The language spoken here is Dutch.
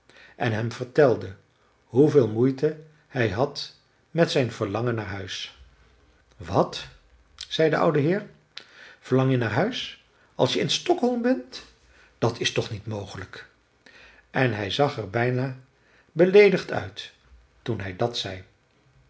en hem vertelde hoeveel moeite hij had met zijn verlangen naar huis wat zei de oude heer verlang je naar huis als je in stockholm ben dat is toch niet mogelijk en hij zag er bijna beleedigd uit toen hij dat zei